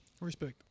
respect